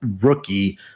rookie